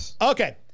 Okay